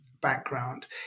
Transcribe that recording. background